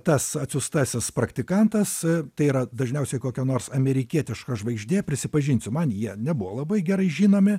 tas atsiųstasis praktikantas tai yra dažniausiai kokia nors amerikietiška žvaigždė prisipažinsiu man jie nebuvo labai gerai žinomi